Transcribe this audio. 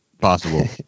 possible